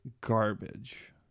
garbage